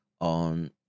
on